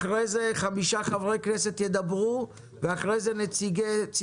ואחרי זה ידברו חמישה חברי כנסת,